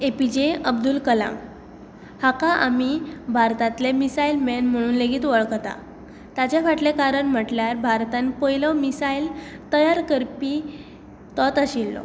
ए P J Abdul Kalam हांकां आमी भारतातले मिसायल मॅन म्हणून लेगीत वळखता ताचे फाटलें कराण म्हणल्यार भारतांत पयलो मिसायल तयार करपी तोच आशिल्लो